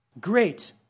Great